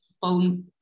phone